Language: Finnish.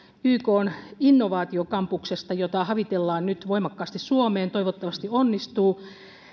ykn innovaatiokampuksesta jota havitellaan nyt voimakkaasti suomeen toivottavasti onnistuu